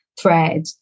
thread